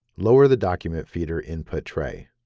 lower the document feeder input tray.